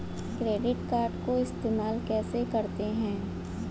Credit card को इस्तेमाल कैसे करते हैं?